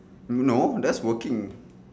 no that's working